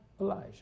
Elijah